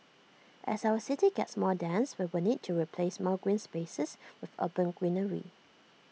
as our city gets more dense we will need to replace more green spaces with urban greenery